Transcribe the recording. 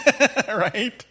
right